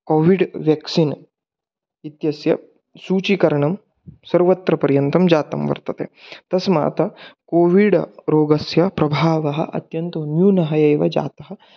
COVID vaccine इत्यस्य सूचीकरणं सर्वत्र पर्यन्तं जातं वर्तते तस्मात् कोविड् रोगस्य प्रभावः अत्यन्त न्यूनः एव जातः